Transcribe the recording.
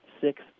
six